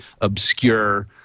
obscure